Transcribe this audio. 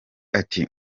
ati